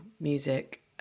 music